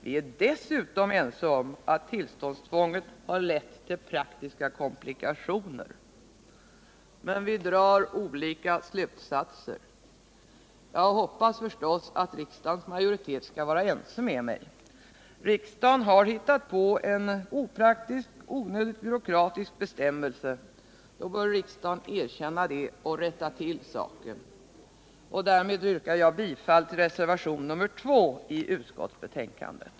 Vi är dessutom ense om att tillståndstvånget har lett till praktiska komplikationer. Men vi drar olika slutsatser. Jag hoppas förstås att riksdagens majoritet skall vara ense med mig. Riksdagen har hittat på en opraktisk, onödigt byråkratisk bestämmelse. Då bör riksdagen erkänna det och rätta till saken. Därmed yrkar jag bifall till reservationen 2 vid utskottets betänkande.